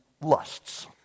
lusts